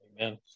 Amen